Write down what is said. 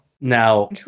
now